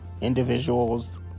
individuals